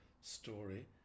story